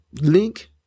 link